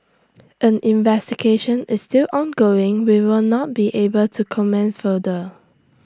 as investigation is still ongoing we will not be able to comment further